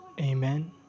amen